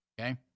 Okay